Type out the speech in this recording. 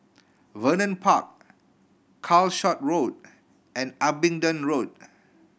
Vernon Park Calshot Road and Abingdon Road